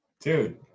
Dude